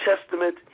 Testament